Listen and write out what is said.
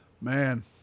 Man